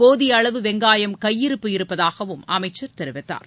போதிய அளவு வெங்காயம் கையிருப்பு இருப்பதாகவும் அமைச்சர் தெரிவித்தார்